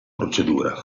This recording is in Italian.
procedura